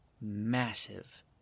massive